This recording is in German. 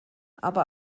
aber